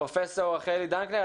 פרופ' רחלי דנקנר.